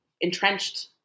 entrenched